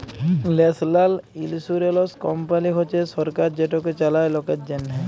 national insurance company হছে সরকার যেটকে চালায় লকের জ্যনহে